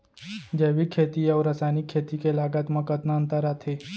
जैविक खेती अऊ रसायनिक खेती के लागत मा कतना अंतर आथे?